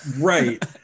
right